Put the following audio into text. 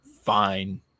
fine